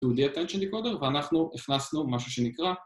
ואנחנו הכנסנו משהו שנקרא